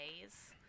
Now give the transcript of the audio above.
days